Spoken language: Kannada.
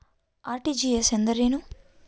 ಆರ್.ಟಿ.ಜಿ.ಎಸ್ ಎಂದರೇನು?